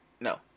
no